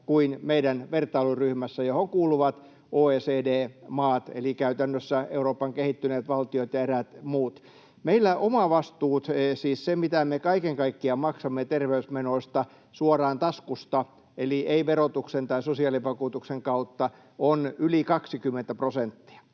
kuin meidän vertailuryhmässä, johon kuuluvat OECD-maat eli käytännössä Euroopan kehittyneet valtiot ja eräät muut. Meillä omavastuut — siis se, mitä me kaiken kaikkiaan maksamme terveysmenoista suoraan taskusta eli ei verotuksen tai sosiaalivakuutuksen kautta — ovat yli 20 prosenttia.